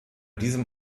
diesem